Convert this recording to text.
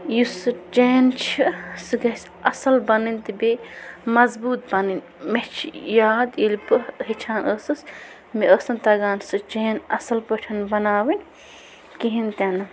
یُس سُہ چین چھِ سُہ گژھِ اَصٕل بَنٕنۍ تہٕ بیٚیہِ مضبوٗط بَنٕنۍ مےٚ چھِ یاد ییٚلہِ بہٕ ہیٚچھان ٲسٕس مےٚ ٲس نہٕ تَگان سُہ چین اَصٕل پٲٹھۍ بَناوٕنۍ کِہیٖنۍ تہِ نہٕ